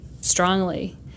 strongly